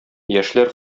яшьләр